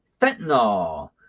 fentanyl